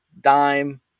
dime